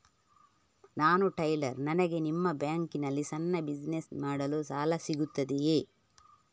ನಾನು ಟೈಲರ್, ನನಗೆ ನಿಮ್ಮ ಬ್ಯಾಂಕ್ ನಲ್ಲಿ ಸಣ್ಣ ಬಿಸಿನೆಸ್ ಮಾಡಲು ಸಾಲ ಸಿಗುತ್ತದೆಯೇ?